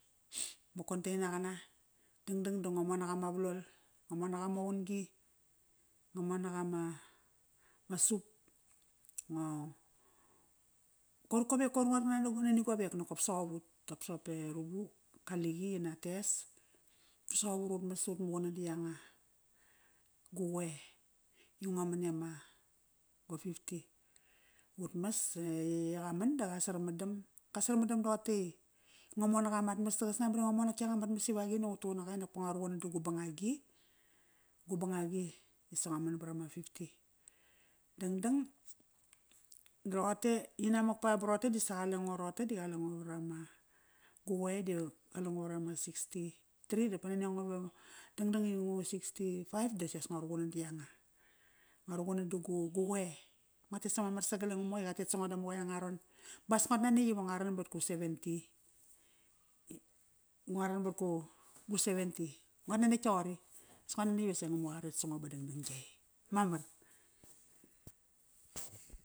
ma container qana. Dangdang da ngo monak ama vlol. Ngo monak ama qun-gi. Ngo monak ama ma soup. Ngo, koir kovek, koir ngo rakna nani govek nokop soqop ut. Kop soqop e Rubu kaliqi yi na tes. Soqov ut utmas ut muqunan di yanga gu qoe i ngua man i ama gu, go fifty. Ut mas, e yeye qa man da qa sarmadam. Qa sarmadam toqote i ngo monak amat mas da qa snanbat i ngo monak ianga mat mas iva agini da ngu tuqun naqa ai nak va ngua raqunan da gu bangagi. Gu bangagi isa ngua man barama fifty. Dangdang da roqote disa qalengo roqote di qalengo varama, gu qoe di qale ngo varama sixty-three dape naniango ve dangdang ingu sixty-five disias ngua ruqunan da ianga Nguaruqunan da gu qoe. Ngua tes ama mar sagal e ngamuqa ron bas nguat nanetk iva ngua ran vat gu seventy. Ngua ran vat gu, gu seventy. Nguat nanetk toqori. Sa nguat nanetk ivas e Ngamuqa qa ret sango ba dangdang iai. Mamar.